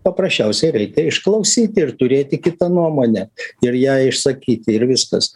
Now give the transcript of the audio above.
paprasčiausiai reikia išklausyti ir turėti kitą nuomonę ir ją išsakyti ir viskas